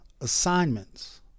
assignments